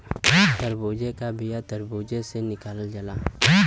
तरबूजे का बिआ तर्बूजे से निकालल जाला